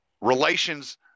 relations